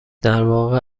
درواقع